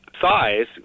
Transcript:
size